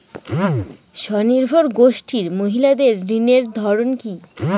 স্বনির্ভর গোষ্ঠীর মহিলাদের ঋণের ধরন কি?